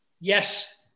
yes